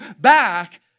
back